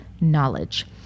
knowledge